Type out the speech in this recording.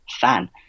fan